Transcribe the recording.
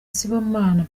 sibomana